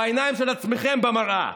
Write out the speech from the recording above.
בעיניים של עצמכם במראה.